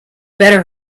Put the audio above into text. better